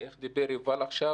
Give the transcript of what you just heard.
איך שדיבר יובל עכשיו